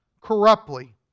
corruptly